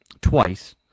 twice